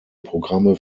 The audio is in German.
programme